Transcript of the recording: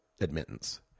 admittance